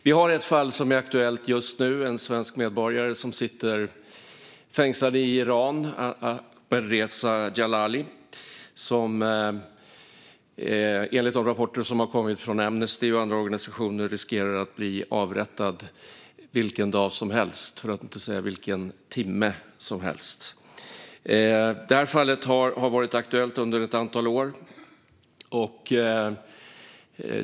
Vi har ett fall som är aktuellt just nu, en svensk medborgare, Ahmadreza Djalali, som sitter fängslad i Iran. Enligt de rapporter som har kommit från Amnesty och andra organisationer riskerar han att bli avrättad vilken dag som helst, för att inte säga vilken timme som helst. Det här fallet har varit aktuellt under ett antal år.